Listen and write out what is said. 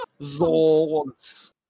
Zords